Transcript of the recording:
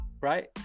right